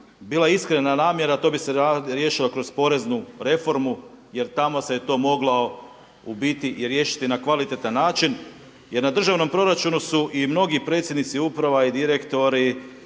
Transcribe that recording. bila iskrena namjera to bi se riješilo kroz poreznu reformu jer tamo se je to moglo u biti i riješiti na kvalitetan način. Jer na državnom proračunu su i mnogi predsjednici uprava i direktori